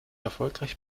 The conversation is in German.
erfolgreich